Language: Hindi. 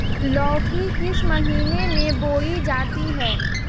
लौकी किस महीने में बोई जाती है?